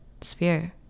sphere